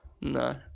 No